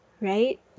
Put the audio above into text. right